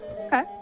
Okay